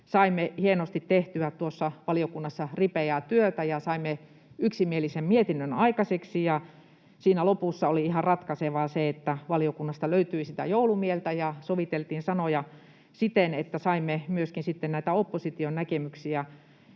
saimme hienosti tehtyä valiokunnassa ripeää työtä ja saimme yksimielisen mietinnön aikaiseksi. Siinä lopussa oli ihan ratkaisevaa se, että valiokunnasta löytyi sitä joulumieltä ja soviteltiin sanoja siten, että saimme myöskin näitä opposition näkemyksiä